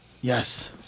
Yes